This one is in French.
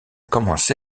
commencé